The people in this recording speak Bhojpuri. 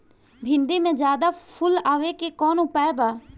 भिन्डी में ज्यादा फुल आवे के कौन उपाय बा?